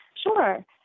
Sure